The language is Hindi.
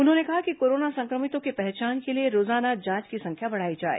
उन्होंने कहा कि कोरोना संक्रमितों की पहचान के लिए रोजाना जांच की संख्या बढ़ाई जाए